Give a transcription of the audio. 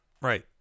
Right